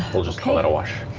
we'll just call that a wash.